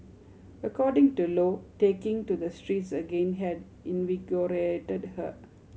according to Lo taking to the streets again had invigorated her